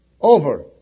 over